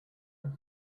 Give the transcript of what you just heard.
that